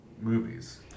movies